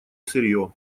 сырье